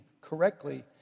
correctly